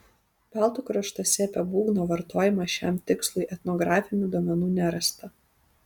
baltų kraštuose apie būgno vartojimą šiam tikslui etnografinių duomenų nerasta